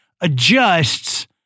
adjusts